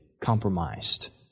compromised